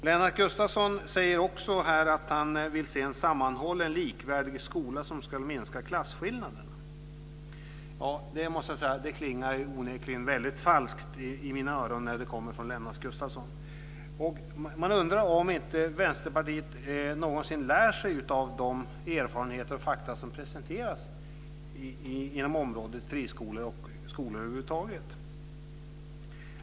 Lennart Gustavsson säger också att han vill se en sammanhållen likvärdig skola som ska minska klassskillnaderna. Det klingar onekligen väldigt falskt i mina öron när det kommer från Lennart Gustavsson. Man undrar om inte Västerpartiet någonsin lär sig av de erfarenheter och fakta som presenteras på friskoleområdet och skolområdet över huvud taget.